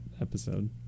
episode